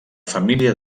família